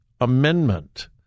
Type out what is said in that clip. amendment